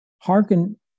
Hearken